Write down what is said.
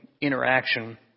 interaction